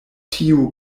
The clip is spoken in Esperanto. tiu